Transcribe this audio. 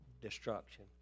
destruction